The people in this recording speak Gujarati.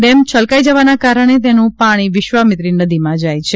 ડેમ છલકાઇ જવાના કારણે તેનું પાણી વિશ્વામિત્રી નદીમાં જાય છે